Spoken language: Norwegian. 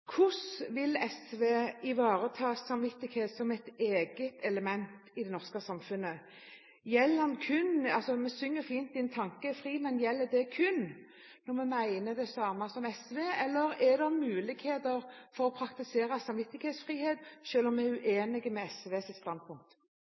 Hvordan vil SV ivareta samvittighet som et eget element i det norske samfunnet? Vi synger fint «Din tanke er fri», men gjelder det kun når vi mener det samme som SV, eller er det muligheter for å praktisere samvittighetsfrihet selv om vi er